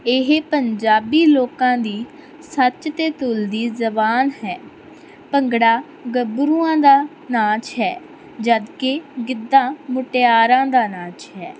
ਇਹ ਪੰਜਾਬੀ ਲੋਕਾਂ ਦੀ ਸੱਚ 'ਤੇ ਤੁਲਦੀ ਜ਼ਬਾਨ ਹੈ ਭੰਗੜਾ ਗੱਭਰੂਆਂ ਦਾ ਨਾਚ ਹੈ ਜਦੋਂ ਕਿ ਗਿੱਧਾ ਮੁਟਿਆਰਾਂ ਦਾ ਨਾਚ ਹੈ